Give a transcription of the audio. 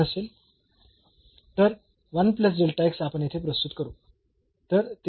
तर आपण येथे प्रस्तुत करू